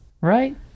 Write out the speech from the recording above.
right